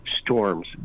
storms